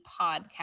podcast